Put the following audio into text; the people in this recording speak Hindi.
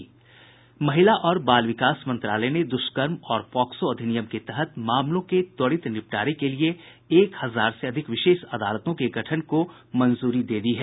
महिला और बाल विकास मंत्रालय ने दुष्कर्म और पॉक्सो अधिनियम के तहत मामलों के त्वरित निपटारे के लिए एक हजार से अधिक विशेष अदालतों के गठन को मंजूरी दे दी है